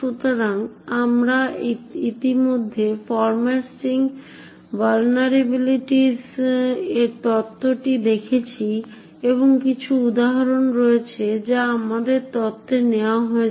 সুতরাং আমরা ইতিমধ্যেই ফরম্যাট স্ট্রিং ভালনেরাবিলিটিজ এর তত্ত্বটি দেখেছি এবং কিছু উদাহরণ রয়েছে যা আমাদের তত্ত্বে নেওয়া হয়েছে